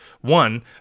One